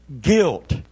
guilt